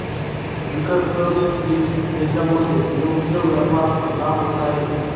विकसनशील देशांमध्ये योग्य व्यापार लाभ होत आहेत